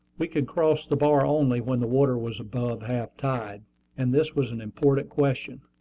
we could cross the bar only when the water was above half-tide and this was an important question.